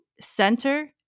center